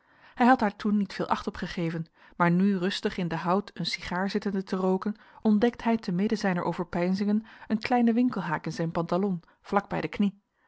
hij had daar toen niet veel acht op gegeven maar nu rustig in den hout een sigaar zittende te rooken ontdekt hij te midden zijner overpeinzingen een kleinen winkelhaak in zijn pantalon vlak bij de knie